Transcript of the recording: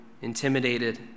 intimidated